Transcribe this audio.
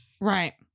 Right